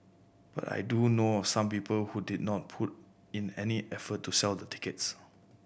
but I do know of some people who did not put in any effort to sell the tickets